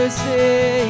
say